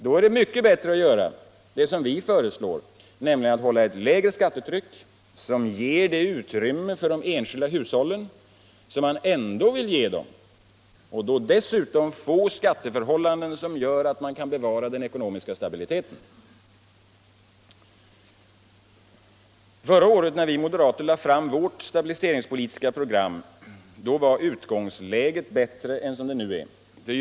Då är det mycket bättre att göra vad vi föreslår, nämligen hålla ett lägre skattetryck som ger det utrymme för de enskilda hushållen som man ändå vill ge dem, och då dessutom få skatteförhållanden som gör att man kan bevara den ekonomiska stabiliteten. Förra året, när vi moderater lade fram vårt stabiliseringspolitiska program, var utgångsläget bättre än det nu är.